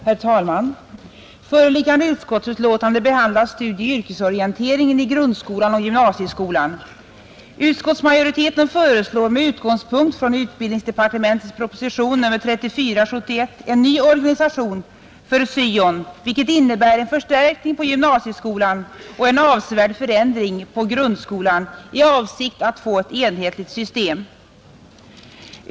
Herr talman! Föreliggande utskottsbetänkande behandlar studieoch yrkesorientering i grundskolan och gymnasieskolan. Utskottsmajoriteten föreslår med utgångspunkt i utbildningsdepartementets proposition nr 34 en ny organisation för studieoch yrkesorienteringen i skolan , vilket innebär en förstärkning i gymnasieskolan och en avsevärd förändring i grundskolan i avsikt att få ett enhetligt system.